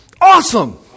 Awesome